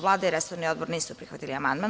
Vlada i resorni odbor nisu prihvatili amandman.